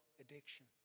addiction